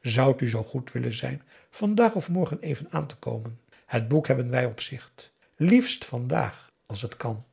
zoudt u zoo goed willen zijn vandaag of morgen even aan te komen het boek hebben wij op zicht liefst vandaag als het kan